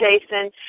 Jason